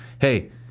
Hey